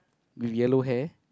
with yellow hair